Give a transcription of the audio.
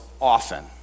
often